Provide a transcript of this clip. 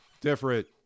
different